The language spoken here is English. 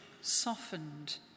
softened